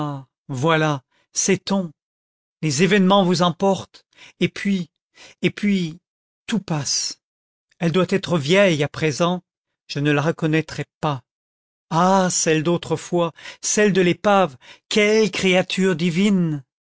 voilà sait-on les événements vous emportent et puis et puis tout passe elle doit être vieille à présent je ne la reconnaîtrais pas ah celle d'autrefois celle de l'épave quelle créature divine